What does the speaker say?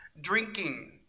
Drinking